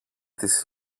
της